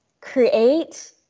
create